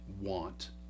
want